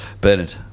Bernard